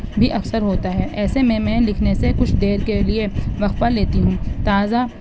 بھی اکثر ہوتا ہے ایسے میں میں لکھنے سے کچھ دیر کے لیے وقفہ لیتی ہوں تازہ